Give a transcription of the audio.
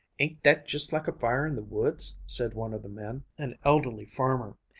ain't that just like a fire in the woods? said one of the men, an elderly farmer.